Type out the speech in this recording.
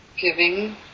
Giving